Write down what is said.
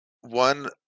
one